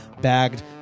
bagged